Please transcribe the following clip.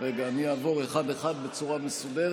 להסדר התדיינויות בסכסוכי משפחה